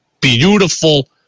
beautiful